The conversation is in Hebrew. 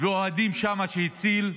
והאוהדים שהוא הציל שם,